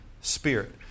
spirit